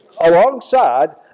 alongside